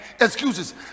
excuses